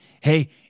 Hey